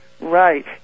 Right